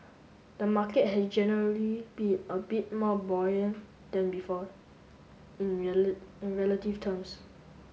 the market has generally been a bit more buoyant than before in in relative terms